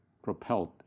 propelled